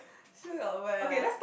still got where ah